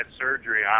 surgery